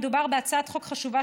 מדובר בהצעת חוק חשובה,